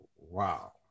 Wow